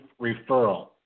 referral